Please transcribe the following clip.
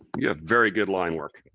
you have very good line work.